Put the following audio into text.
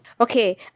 Okay